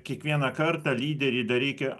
kiekvieną kartą lyderį dar reikia